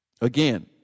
Again